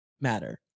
matter